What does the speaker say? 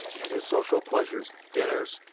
and his social pleasures dinners,